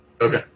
Okay